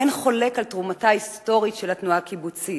אין חולק על תרומתה ההיסטורית של התנועה הקיבוצית